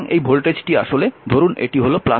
সুতরাং এই ভোল্টেজটি আসলে ধরুন এটি হল